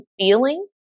feeling